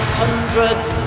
hundreds